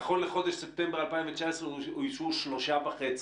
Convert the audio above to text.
נכון לחודש ספטמבר 2019 אוישו שלושה וחצי.